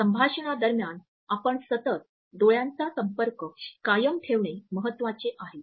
संभाषणादरम्यान आपण सतत डोळ्यांचा संपर्क कायम ठेवणे महत्वाचे आहे